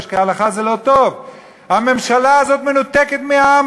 זה לא נוגע לאזרחים שאינם גרים,